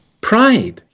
pride